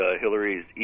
Hillary's